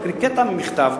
להקריא קטע ממכתב,